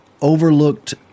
overlooked